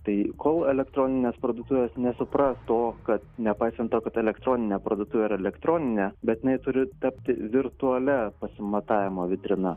tai kol elektroninės parduotuvės nesupras to kad nepaisant to kad elektroninė parduotuvė yra elektroninė bet jinai turi tapti virtualia pasimatavimo vitrina